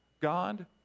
God